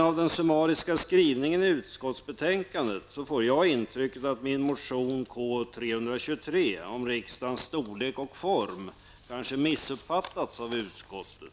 Av den summariska skrivningen i utskottsbetänkandet får jag intrycket att min motion K323 om riksdagens storlek och form kanske missuppfattas av utskottet.